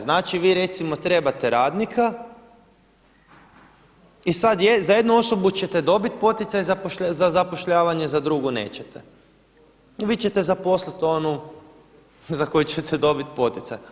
Znači vi recimo trebate radnika i sada za jednu osobu ćete dobiti poticaj za zapošljavanje za drugu nećete i vi ćete zaposliti onu za koju ćete dobiti poticaj.